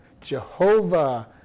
Jehovah